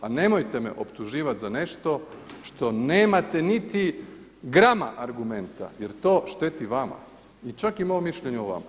A nemojte me optuživat za nešto što nemate niti grama argumenta jer to šteti vama i čak mom mišljenju o vama.